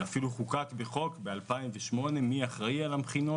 זה אפילו חוקק בחוק ב-2008: מי אחראי על המכינות.